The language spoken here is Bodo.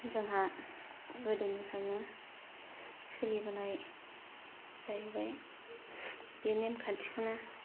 जोंहा गोदोनिफ्राायनो सोलिबोनाय जाहैबाय बे नेमखान्थिखौनो